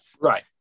right